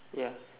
ya